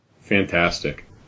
Fantastic